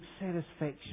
satisfaction